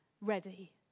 ready